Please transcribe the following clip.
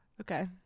Okay